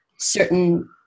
certain